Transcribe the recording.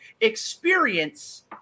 experience